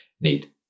need